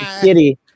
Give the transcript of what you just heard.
Kitty